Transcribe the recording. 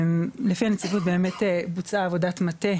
לפי הנציבות, בוצעה עבודת מטה